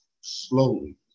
Slowly